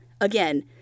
again